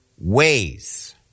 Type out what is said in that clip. ways